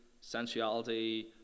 sensuality